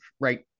right